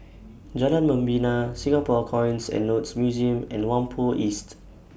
Jalan Membina Singapore Coins and Notes Museum and Whampoa East